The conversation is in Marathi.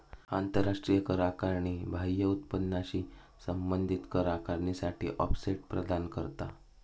आंतराष्ट्रीय कर आकारणी बाह्य उत्पन्नाशी संबंधित कर आकारणीसाठी ऑफसेट प्रदान करता